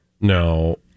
No